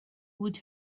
with